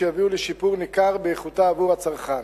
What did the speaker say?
שיביאו לשיפור ניכר באיכותה עבור הצרכן.